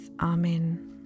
Amen